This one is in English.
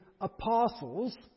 apostles